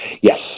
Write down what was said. Yes